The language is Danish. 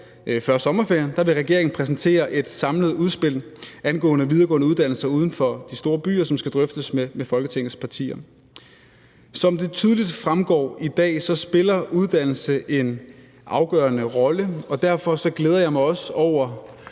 før sommerferien, vil regeringen præsentere et samlet udspil angående videregående uddannelser uden for de store byer, som skal drøftes med Folketingets partier. Som det tydeligt fremgår i dag, spiller uddannelse en afgørende rolle, og derfor glæder jeg mig også meget